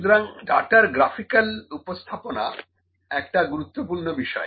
সুতরাং ডাটার গ্রাফিকাল উপস্থাপনা একটা গুরুত্বপূর্ণ বিষয়